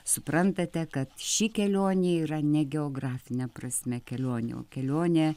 suprantate kad ši kelionė yra ne geografine prasme kelionių kelionė